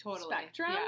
spectrum